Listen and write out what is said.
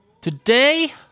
today